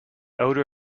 odor